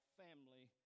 family